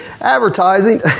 advertising